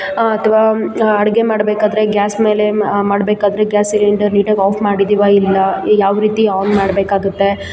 ಅಥವಾ ಅಡುಗೆ ಮಾಡಬೇಕಾದ್ರೆ ಗ್ಯಾಸ್ ಮೇಲೆ ಮಾಡಬೇಕಾದ್ರೆ ಗ್ಯಾಸ್ ಸಿಲಿಂಡರ್ ನೀಟಾಗಿ ಆಫ್ ಮಾಡಿದ್ದೀವಾ ಇಲ್ಲಾ ಯಾವ ರೀತಿ ಆನ್ ಮಾಡಬೇಕಾಗುತ್ತೆ